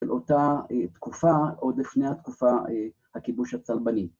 באותה תקופה עוד לפני התקופה הכיבוש הצלבני